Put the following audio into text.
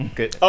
Good